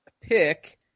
pick